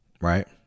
right